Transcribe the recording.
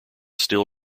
still